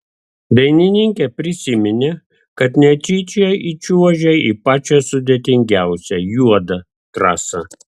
dainininkė prisiminė kad netyčia įčiuožė į pačią sudėtingiausią juodą trasą